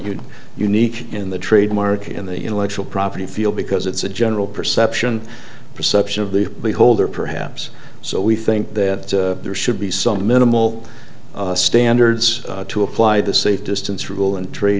you unique in the trademark in the intellectual property field because it's a general perception perception of the beholder perhaps so we think that there should be some minimal standards to apply the safe distance rule and trade